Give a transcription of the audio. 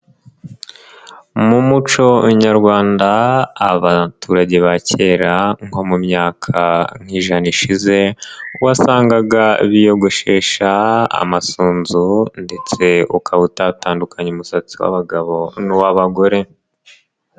Mu muco nyarwanda abaturage ba kera nko mu myaka nk'ijana ishize, wasangaga biyogoshesha amasunzu ndetse ukaba utatandukanya umusatsi w'abagabo n'uw'abagore.